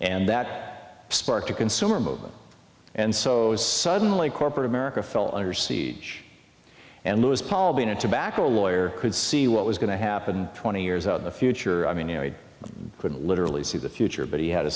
and that sparked a consumer movement and so suddenly corporate america fell under siege and lewis paul being a tobacco lawyer could see what was going to happen twenty years out the future i mean he could literally see the future but he had a